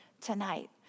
tonight